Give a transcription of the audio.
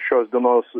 šios dienos